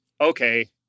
okay